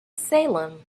salem